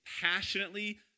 passionately